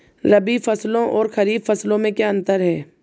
रबी फसलों और खरीफ फसलों में क्या अंतर है?